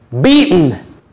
beaten